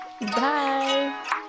bye